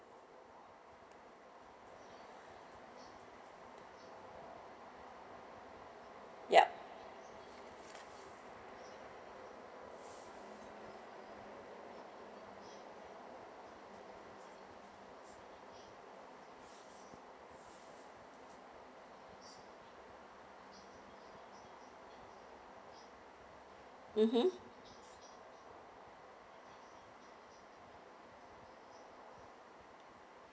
yup mmhmm